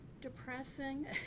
depressing